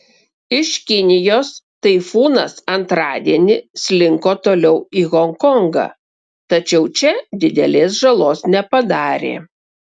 iš kinijos taifūnas antradienį slinko toliau į honkongą tačiau čia didelės žalos nepadarė